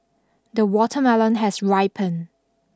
the watermelon has ripened